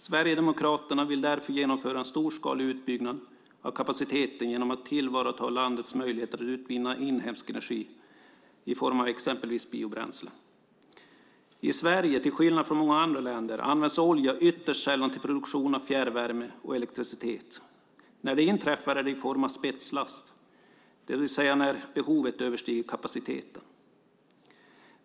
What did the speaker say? Sverigedemokraterna vill därför genomföra en storskalig utbyggnad av kapaciteten genom att tillvarata landets möjligheter att utvinna inhemsk energi i form av exempelvis biobränslen. I Sverige, till skillnad från många andra länder, används olja ytterst sällan till produktion av fjärrvärme och elektricitet. När det inträffar är det i form av spetslast, det vill säga när behovet överstiger kapaciteten.